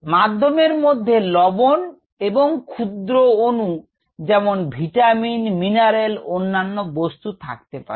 মাধ্যমের মধ্যে লবণ এবং ক্ষুদ্র অনু যেমন ভিটামিন মিনারেল অন্যান্য বস্তু থাকতে পারে